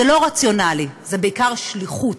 זה לא רציונלי, זו בעיקר שליחות.